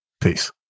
Peace